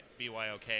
BYOK